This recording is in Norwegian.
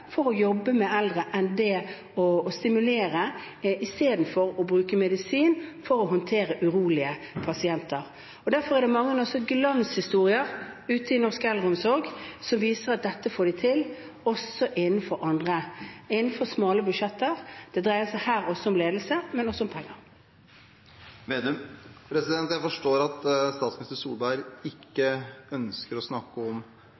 å stimulere når man jobber med eldre, i stedet for å bruke medisin for å håndtere urolige pasienter. Derfor er det også mange glanshistorier i norsk eldreomsorg som viser at dette får man til, også innenfor smale budsjetter. Det dreier seg her også om ledelse – og om penger. Jeg forstår at statsminister Solberg ikke ønsker å snakke om